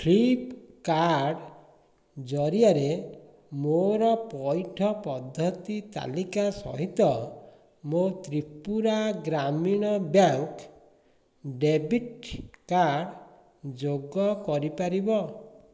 ଫ୍ଲିପ୍କାର୍ଟ୍ ଜରିଆରେ ମୋର ପଇଠ ପଦ୍ଧତି ତାଲିକା ସହିତ ମୋ ତ୍ରିପୁରା ଗ୍ରାମୀଣ ବ୍ୟାଙ୍କ୍ ଡେବିଟ୍ କାର୍ଡ଼୍ ଯୋଗ କରିପାରିବ